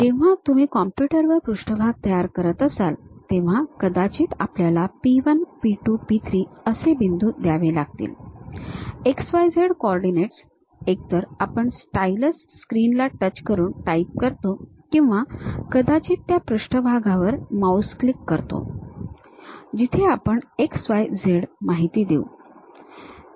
जेव्हा तुम्ही कॉम्प्युटर वर पृष्ठभाग तयार करत असाल तेव्हा कदाचित आपल्याला P 1 P 2 P 3 असे बिंदू द्यावे लागतील x y z कोऑर्डिनेट्स एकतर आपण स्टायलस स्क्रीन ला टच करून टाईप करतो किंवा कदाचित त्या पृष्ठभागावर माउस क्लिक करतो जिथे आपण x y z माहिती देऊ